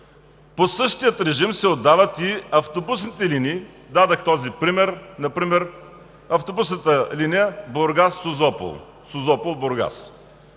По същия режим се отдават и автобусните линии – дадох този пример с автобусната линия Бургас – Созопол;